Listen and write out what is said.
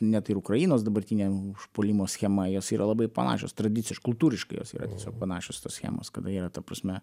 net ir ukrainos dabartinė užpuolimo schema jos yra labai panašios tradiciš kultūriškai jos yra panašios tos schemos kada yra ta prasme